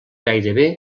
gairebé